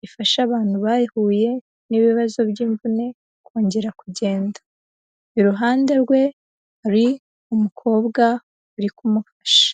gifasha abantu bayihuye n'ibibazo by'imvune kongera kugenda, iruhande rwe hari umukobwa uri kumufasha.